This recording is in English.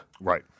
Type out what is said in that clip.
Right